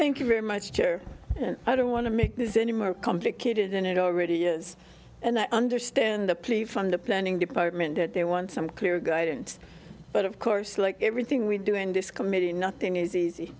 thank you very much chair i don't want to make this any more complicated than it already is and i understand the plea from the planning department did they want some clear guidance but of course like everything we do in this committee nothing is easy